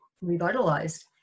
revitalized